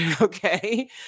Okay